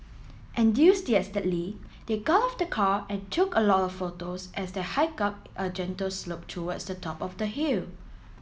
enthusiastically they got out of the car and took a lot of photos as they hiked up a gentle slope towards the top of the hill